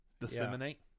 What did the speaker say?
Disseminate